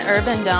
Urban